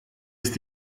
ist